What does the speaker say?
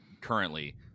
currently